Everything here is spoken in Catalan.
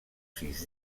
sis